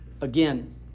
again